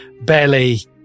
belly